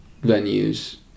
venues